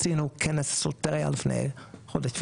עשינו כנס סוטריה לפני חודש וחצי-חודשיים,